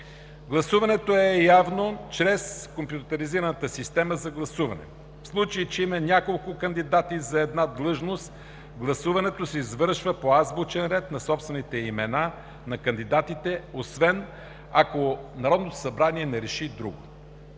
Гласуването е явно чрез компютризираната система за гласуване. В случай че има няколко кандидати за една длъжност, гласуването се извършва по азбучен ред на собствените имена на кандидатите, освен ако Народното събрание не реши друго.